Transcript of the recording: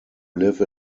live